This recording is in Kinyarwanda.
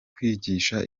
kwigisha